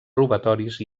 robatoris